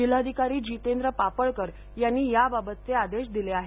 जिल्हाधिकारी जितेंद्र पापळकर यांनी याबाबतचे आदेश दिले आहेत